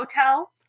hotels